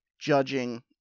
judging